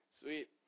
Sweet